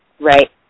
Right